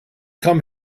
come